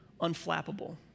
unflappable